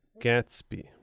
Gatsby